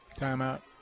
Timeout